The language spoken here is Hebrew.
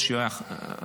כשהוא עוד היה בחיים,